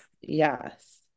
yes